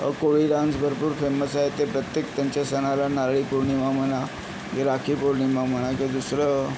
कोळी dance भरपूर famous आहे ते प्रत्येक त्यांच्या सणाला नारळी पौर्णिमा म्हणा की राखी पौर्णिमा म्हणा की दुसरं